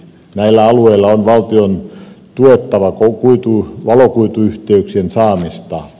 näillä alueilla on valtion tuettava valokuituyhteyksien saamista